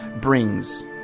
brings